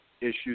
issues